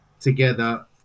together